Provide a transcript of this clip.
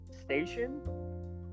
station